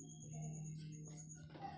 सरकारी बांडो मे सेहो डिफ़ॉल्ट के खतरा होय छै